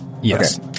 Yes